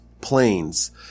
planes